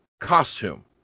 costume